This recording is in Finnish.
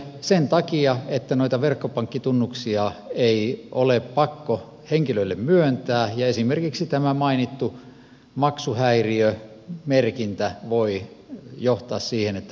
sen takia että noita verkkopankkitunnuksia ei ole pakko henkilölle myöntää ja esimerkiksi tämä mainittu maksuhäiriömerkintä voi johtaa siihen että pankki evää verkkopankkitunnukset